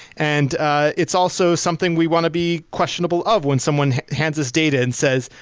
and ah it's also something we want to be questionable of when someone hands us data and says,